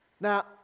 Now